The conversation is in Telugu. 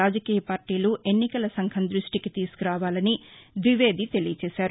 రాజకీయ పార్టీలు ఎన్నికల సంఘం దృష్టికి తీసుకురావాలని ద్వివేది తెలియచేశారు